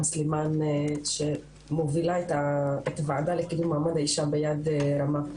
סלימאן שמובילה הוועדה לקידום מעמד האישה ביד רמה,